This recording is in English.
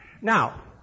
Now